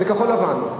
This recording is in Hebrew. בכחול-לבן,